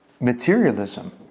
Materialism